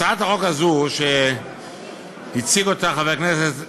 הצעת החוק הזו, שהציג חבר הכנסת חאג'